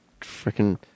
Freaking